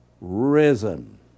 risen